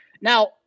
Now